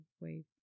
wave